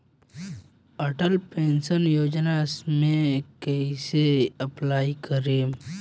Atal pension योजना मे कैसे अप्लाई करेम?